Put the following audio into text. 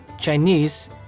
Chinese